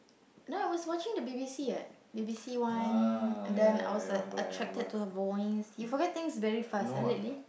no I was watching the b_b_c [what] b_b_c one then I was attracted to her voice you forget things very fast ah lately